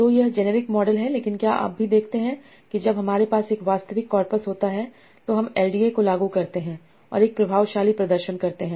तो यह genetic model है लेकिन क्या आप भी देखते हैं कि जब हमारे पास एक वास्तविक कॉर्पस होता है तो हम एलडीए को लागू करते हैं और एक प्रभावशाली प्रदर्शन करते हैं